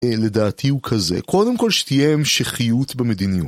לדעתי הוא כזה, קודם כל שתהיה המשכיות במדיניות